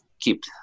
keep